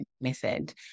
method